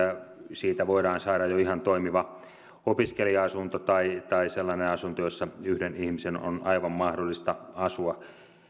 siitä voidaan saada jo ihan toimiva opiskelija asunto tai tai sellainen asunto jossa yhden ihmisen on aivan mahdollista asua